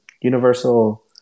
Universal